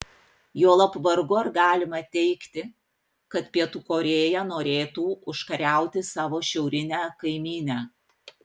juolab vargu ar galima teigti kad pietų korėja norėtų užkariauti savo šiaurinę kaimynę